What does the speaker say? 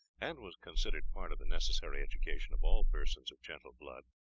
and was considered part of the necessary education of all persons of gentle blood,